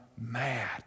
mad